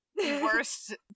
worst